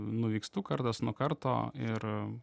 nuvykstu kartas nuo karto ir